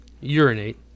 urinate